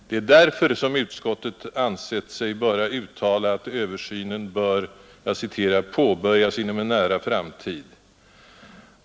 Det är därför som utskottet ansett sig böra uttala att översynen bör ”påbörjas inom en nära framtid”.